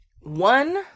one